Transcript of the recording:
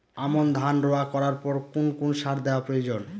আমন ধান রোয়া করার পর কোন কোন সার দেওয়া প্রয়োজন?